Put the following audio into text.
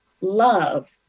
love